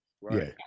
right